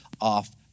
off